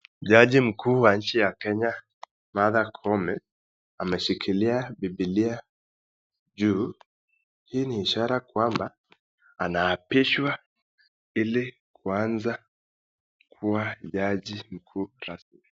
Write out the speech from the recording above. Jaji mkuu wa nchi ya Kenya, Martha koome ameshikilia Bibilia juu hii ni ishara kwamba anaapishwa ili kuanza kuwa jaji mkuu rasmi.